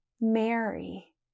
Mary